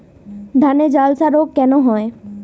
ধানে ঝলসা রোগ কেন হয়?